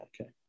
okay